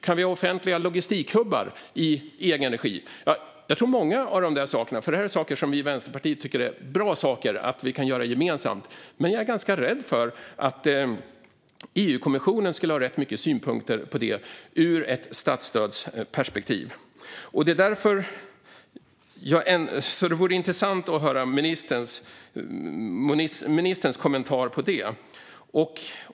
Kan vi ha offentliga logistikhubbar i egen regi? Det här är saker som vi i Vänsterpartiet tycker är bra att göra gemensamt, men jag är ganska rädd för att EU-kommissionen skulle ha rätt mycket synpunkter på det ur ett statsstödsperspektiv. Det vore intressant att höra ministerns kommentar på det.